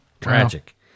Tragic